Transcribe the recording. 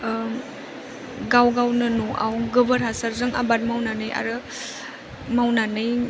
गाव गावनो न'आव गोबोर हासारजों आबाद मावनानै आरो मावनानै